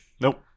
Nope